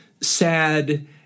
sad